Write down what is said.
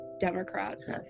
Democrats